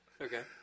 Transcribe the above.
Okay